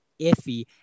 iffy